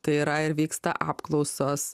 tai yra ir vyksta apklausos